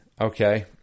Okay